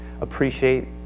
appreciate